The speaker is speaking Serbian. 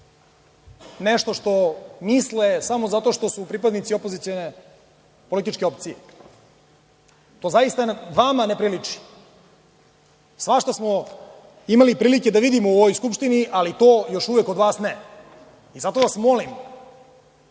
nešto što misle samo zato što su pripadnici opozicione političke opcije. To zaista vama ne priliči. Svašta smo imali prilike da vidimo u ovoj Skupštini, ali to još uvek od vas ne. Zato vas molim,